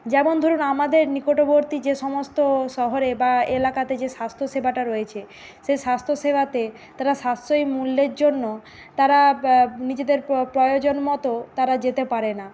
যেমন ধরুন আমাদের নিকটবর্তী যে সমস্ত শহরে বা এলাকাতে যে স্বাস্থ্য সেবাটা রয়েছে সেই স্বাস্থ্য সেবাতে তারা সাশ্রয়ী মূল্যের জন্য তারা নিজেদের প্রয়োজন মতো তারা যেতে পারে না